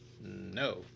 no